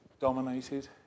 dominated